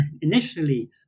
initially